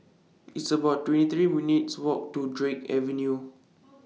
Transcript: It's about twenty three minutes' Walk to Drake Avenue